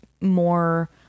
more